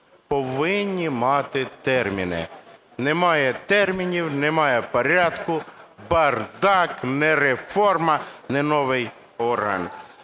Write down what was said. повинні мати терміни. Немає термінів – немає порядку, бардак, не реформа, не новий орган!